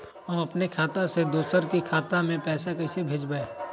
हम अपने खाता से दोसर के खाता में पैसा कइसे भेजबै?